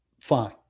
fine